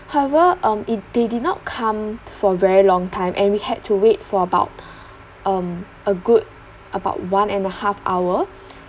however um it they did not come for very long time and we had to wait for about um a good about one and a half hour